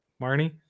marnie